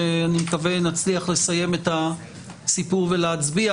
שבו אני מקווה שנצליח לסיים את הסיפור ולהצביע,